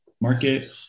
market